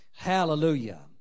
Hallelujah